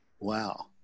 Wow